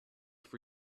for